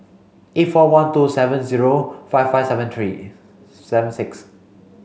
eight four one two seven zero five five seven three seven six